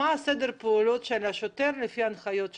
מה סדר הפעולות שהשוטר צריך לעשות לפי ההנחיות שלכם?